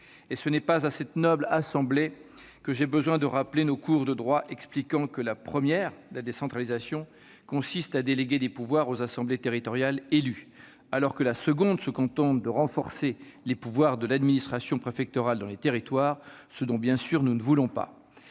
besoin, dans cette noble assemblée, de rappeler nos cours de droit précisant que la première- la décentralisation - consiste à déléguer des pouvoirs aux assemblées territoriales élues, alors que la seconde- la déconcentration -se contente de renforcer les pouvoirs de l'administration préfectorale dans les territoires, ce dont, bien sûr, nous ne voulons pas.